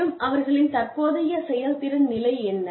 மேலும் அவர்களின் தற்போதைய செயல்திறன் நிலை என்ன